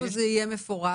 ואיפה זה יהיה מפורט?